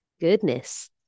Goodness